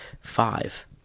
Five